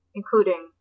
including